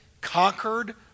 conquered